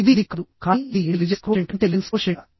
ఇది ఇది కాదు కానీ ఇది ఇంటెలిజెన్స్ క్వోషెంట్